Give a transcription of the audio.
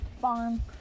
Farm